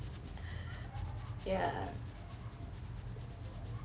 yeah